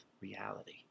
reality